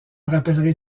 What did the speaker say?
rappellerai